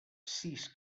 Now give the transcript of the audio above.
sis